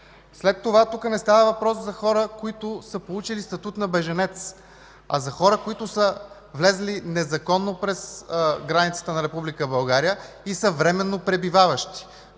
След това тук не става въпрос за хора, които са получили статут на бежанец, а за хора, които са влезли незаконно през границата на Република България и са временно пребиваващи.